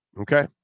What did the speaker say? Okay